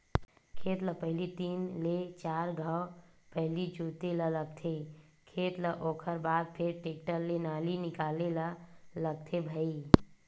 खेत ल पहिली तीन ले चार घांव पहिली जोते ल लगथे खेत ल ओखर बाद फेर टेक्टर ले नाली निकाले ल लगथे भई